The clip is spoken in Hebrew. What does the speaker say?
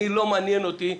לא מעניין אותי,